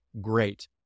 great